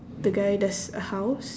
the guy there's a house